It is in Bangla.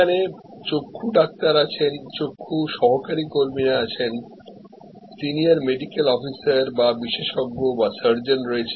এখানে চক্ষু ডাক্তার আছেন চক্ষু সহকারী কর্মীরা আছেন সিনিয়র মেডিকেল অফিসার বা বিশেষজ্ঞ বা সার্জন রয়েছেন